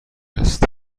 است